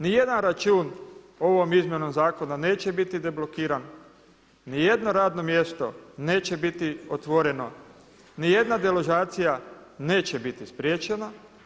Niti jedan račun ovom izmjenom zakona neće biti deblokiran, niti jedno radno mjesto neće biti otvoreno, ni jedna deložacija neće biti spriječena.